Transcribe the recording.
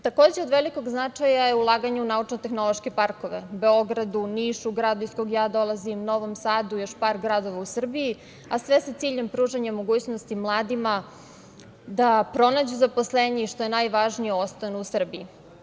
Takođe, od velikog značaja je i ulaganje u naučno-tehnološke parkove u Beogradu, Nišu, gradu iz koga ja dolazim, Novom Sadu i još par gradova u Srbiji, a sve sa ciljem pružanja mogućnosti mladima da pronađu zaposlenje i, što je najvažnije, ostanu u Srbiji.